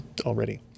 already